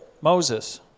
Moses